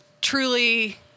truly